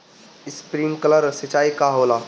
Sprinkler सिंचाई का होला?